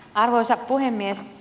arvoisa puhemies